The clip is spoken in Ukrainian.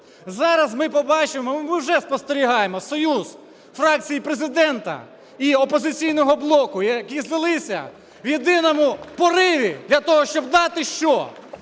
Зараз ми побачимо, ми уже спостерігаємо союз фракції Президента і "Опозиційного блоку", які злилися в єдиному пориві для того, щоб дати що?